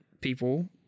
people